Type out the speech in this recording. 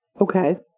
Okay